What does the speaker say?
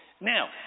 Now